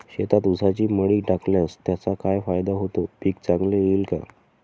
शेतात ऊसाची मळी टाकल्यास त्याचा काय फायदा होतो, पीक चांगले येईल का?